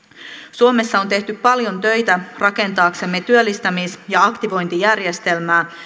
suomessa on tehty paljon töitä rakentaaksemme työllistämis ja aktivointijärjestelmää